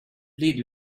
plead